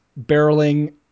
barreling